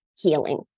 Healing